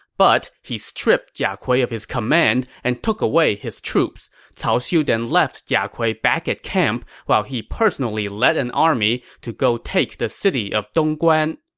but he stripped jia kui of his command and took away his troops. cao xiu then left jia kui back at camp while he personally led an army to take the city of dongguan.